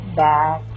back